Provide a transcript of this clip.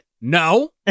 No